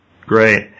Great